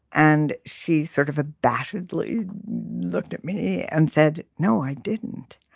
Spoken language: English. and she sort of a bash ridley looked at me and said no i didn't.